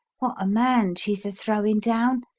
what a man she's a throwin' down,